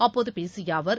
அப்போது பேசிய அவர்